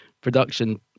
production